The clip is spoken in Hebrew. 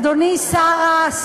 אדוני שר ה-,